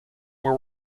were